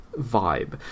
vibe